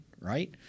right